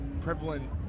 prevalent